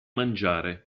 mangiare